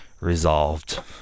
resolved